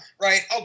Right